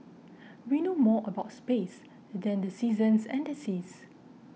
we know more about space than the seasons and the seas